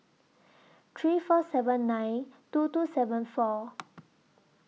three four seven nine two two seven four